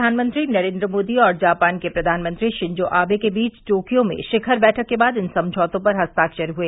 प्रधानमंत्री नरेन्द्र मोदी और जापान के प्रधानमंत्री शिंजो आबे के बीच टोकियो में शिखर बैठक के बाद इन समझौतों पर हस्ताक्षर हुए